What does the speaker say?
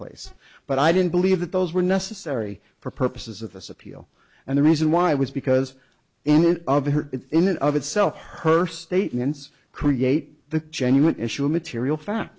place but i didn't believe that those were necessary for purposes of this appeal and the reason why was because in and of itself her statements create the genuine issue of material fa